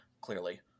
clearly